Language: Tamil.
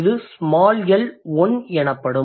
இது ஸ்மால் எல் 1 எனப்படும்